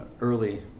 early